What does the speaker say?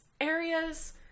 areas